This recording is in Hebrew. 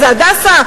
זה "הדסה"?